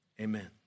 amen